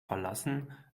verlassen